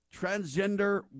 transgender